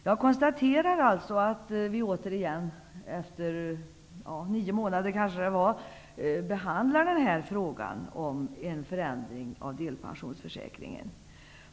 Jag konstaterar att vi återigen efter kanske nio månader behandlar frågan om en förändring av delpensionsförsäkringen.